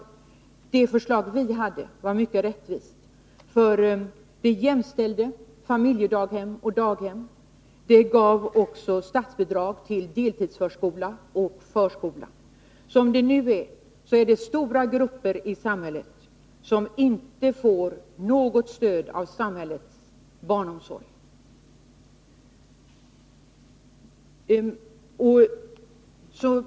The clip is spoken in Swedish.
Det förslag vi hade var rättvist, för det jämställde familjedaghem och daghem; det gav också statsbidrag till deltidsförskola och förskola. Som det nu är saknar stora grupper i samhället stöd av samhällets barnomsorg.